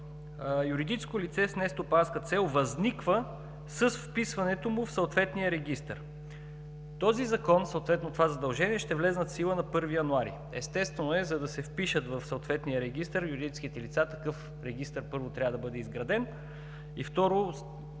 „юридическо лице с нестопанска цел възниква с вписването му в съответния регистър“. Този закон, съответно това задължение, ще влезе в сила на 1 януари 2018 г. Естествено, за да се впишат в съответния регистър юридическите лица, първо, такъв регистър трябва да бъде изграден. Второ,